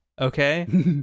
Okay